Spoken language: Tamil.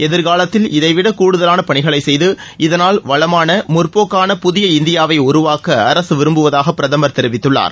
எதிர்காலத்தில் இதைவிட கூடுதலான பணிகளை செய்து இதனால் வளமான முற்போக்கான புதிய இந்தியாவை உருவாக்க அரசு விரும்புவதாக பிரதமர் தெரிவித்துள்ளார்